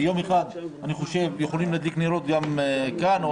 ביום אחד יכולים גם להדליק נרות כאן או